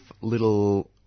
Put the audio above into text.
little